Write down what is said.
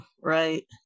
Right